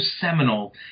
seminal